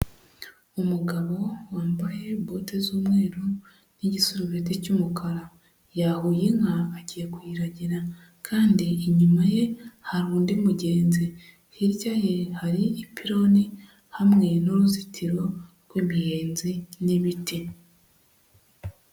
umugabo wambaye bote z'umweru n'igisurubeti cy'umukara. Yahuye inka agiye kuyiragira kandi inyuma ye hari undi mugenzi, hirya ye hari ipironi hamwe n'uruzitiro rw'imiyenzi n'ibiti.